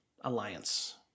alliance